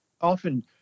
often